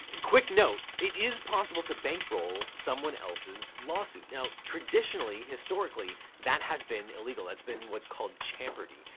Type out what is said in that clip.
quick note, it is possible to bankroll someone else's lawsuit. now traditionally, historically that has been illegal, it's been what's called champerty,